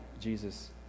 Jesus